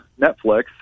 Netflix